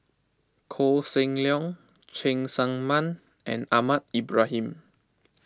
Koh Seng Leong Cheng Tsang Man and Ahmad Ibrahim